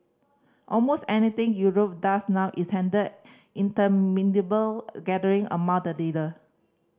almost anything Europe does now is handled in interminable gathering among the leader